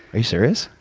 are you serious?